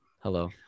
Hello